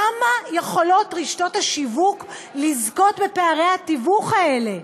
כמה יכולות רשתות השיווק לזכות בפערי התיווך האלה?